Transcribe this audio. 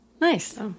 Nice